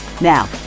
now